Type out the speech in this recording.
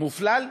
מופלל,